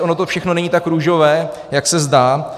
Ono to všechno není tak růžové, jak se zdá.